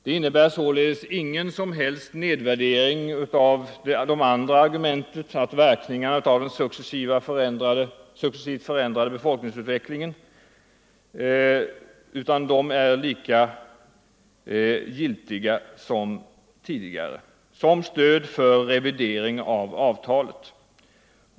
Det innebär således ingen som helst nedvärdering av de andra argumenten, dvs. verkningarna av den successivt förändrade befolkningsutvecklingen, som stöd för kravet på revidering av avtalet.